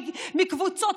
קבוצות,